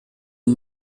und